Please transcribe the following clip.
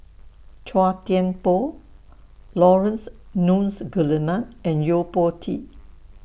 Chua Thian Poh Laurence Nunns Guillemard and Yo Po Tee